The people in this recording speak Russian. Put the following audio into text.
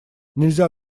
нельзя